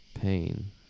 Pain